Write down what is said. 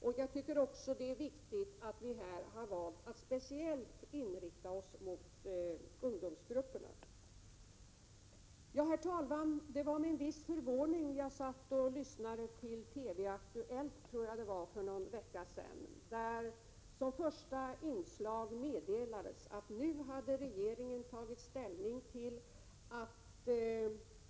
Dessutom tycker jag att det är viktigt att vi här har valt att speciellt inrikta oss på ungdomsgrupperna. Herr talman! Det var med viss förvåning som jag satt och lyssnade på TV-Aktuellt — jag tror att det var det programmet — för någon vecka sedan. Som första inslag meddelades att regeringen hade tagit ställning i denna fråga.